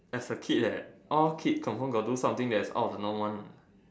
as a kid leh all kid confirm got do something that's out of the norm one